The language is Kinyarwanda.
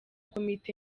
komite